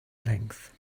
length